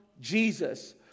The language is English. Jesus